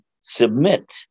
submit